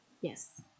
Yes